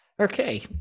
Okay